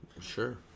Sure